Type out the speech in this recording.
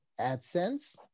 AdSense